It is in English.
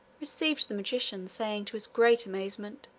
received the magician, saying, to his great amazement